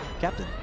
Captain